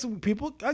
people